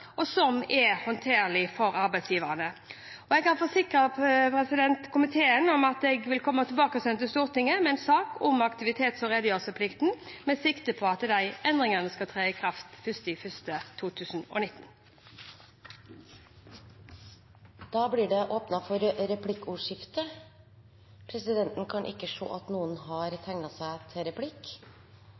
resultater og er håndterlig for arbeidsgiverne. Og jeg kan forsikre komiteen om at jeg vil komme tilbake til Stortinget med en sak om aktivitets- og redegjørelsesplikten med sikte på at endringene skal tre i kraft 1. januar 2019. De talere som heretter får ordet, har en taletid på inntil 3 minutter. Jeg hører at representantene fra høyresiden argumenterer for